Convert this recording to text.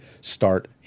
start